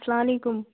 اسلام علیکُم